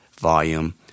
volume